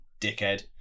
dickhead